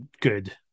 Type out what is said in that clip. good